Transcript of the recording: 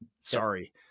Sorry